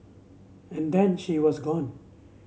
and then she was gone